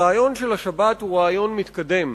הרעיון של השבת הוא רעיון מתקדם.